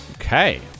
Okay